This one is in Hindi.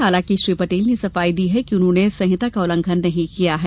हालांकि श्री पटेल ने सफाई दी है कि उन्होंने संहिता का उल्लघंन नहीं किया है